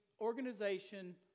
organization